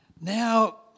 Now